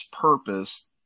purpose